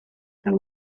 and